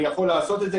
אני יכול להרחיב.